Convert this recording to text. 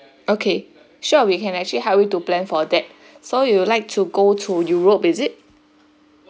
okay sure we can actually help you to plan for that so you would like to go to europe is it